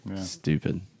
Stupid